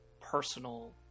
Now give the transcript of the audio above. personal